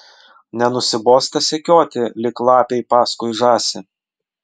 nenusibosta sekioti lyg lapei paskui žąsį